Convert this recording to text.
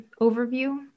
overview